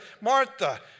Martha